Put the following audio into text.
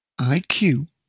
IQ